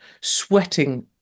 sweating